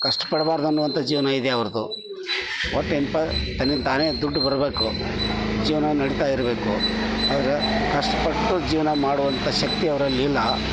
ಕಷ್ಟ ಪಡಬಾರ್ದು ಅನ್ನುವಂತ ಜೀವನ ಇದೆ ಅವ್ರದ್ದು ಒಟ್ಟು ಏನಪ್ಪ ತನ್ನಿಂದ ತಾನೆ ದುಡ್ಡು ಬರಬೇಕು ಜೀವನ ನಡಿತಾ ಇರಬೇಕು ಆದ್ರೆ ಕಷ್ಟಪಟ್ಟು ಜೀವನ ಮಾಡುವಂತ ಶಕ್ತಿ ಅವರಲ್ಲಿಲ್ಲ